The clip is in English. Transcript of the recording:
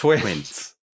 twins